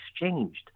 exchanged